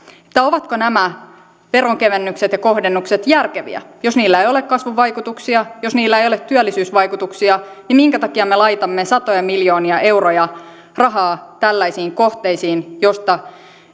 ovatko nämä veronkevennykset ja kohdennukset järkeviä jos niillä ei ole kasvun vaikutuksia jos niillä ei ole työllisyysvaikutuksia niin minkä takia me laitamme satoja miljoonia euroja rahaa tällaisiin kohteisiin joista